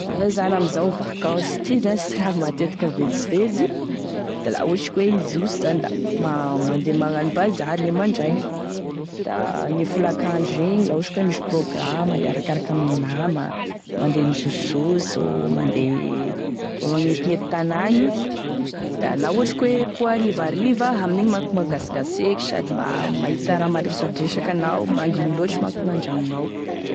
Izany amizao vacance ty zash raha matetiky mivezivezy da la ohatry ka hoe izoso zany da ma mandeha mangano bazary e mandraigny da e folak'andro igny la ohatry ka hoe misy programme iarakaraky ame nama, mandeha mizosozoso mandeha mba magnetignety tanagny, da la ohatry ka hoe koarivariva amin'igny manko mangasingaseky sady ma mahita raha maresadresaky anao mangigny loatry manko gn'andragno gnao.